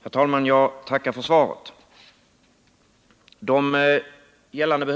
Herr talman! Jag tackar för svaret. De gällande